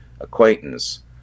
acquaintance